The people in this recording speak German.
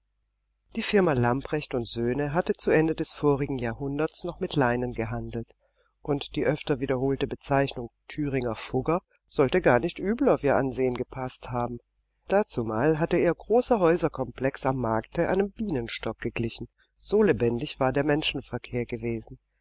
die firma lamprecht und sohn hatte zu ende des vorigen jahrhunderts noch mit leinen gehandelt und die öfter wiederholte bezeichnung thüringer fugger sollte gar nicht übel auf ihr ansehen gepaßt haben dazumal hatte ihr großer häuserkomplex am markte einem bienenstock geglichen so lebendig war der menschenverkehr gewesen